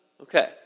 okay